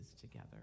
together